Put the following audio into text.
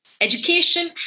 Education